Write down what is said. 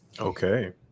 Okay